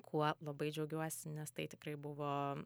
kuo labai džiaugiuosi nes tai tikrai buvo